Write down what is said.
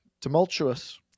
Tumultuous